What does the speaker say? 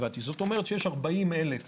זאת אומרת, יש 40,000